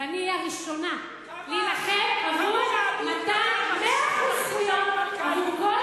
ואני אהיה הראשונה להילחם עבור מתן 100% זכויות עבור